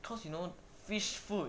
cause you know fish food